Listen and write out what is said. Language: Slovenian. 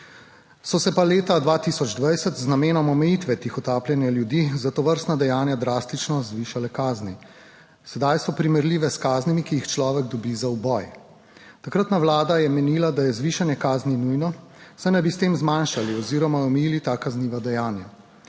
So se pa leta 2020 z namenom omejitve tihotapljenja ljudi za tovrstna dejanja drastično zvišale kazni; sedaj so primerljive s kaznimi, ki jih človek dobi za uboj. Takratna vlada je menila, da je zvišanje kazni nujno, saj naj bi s tem zmanjšali oziroma omejili ta kazniva dejanja,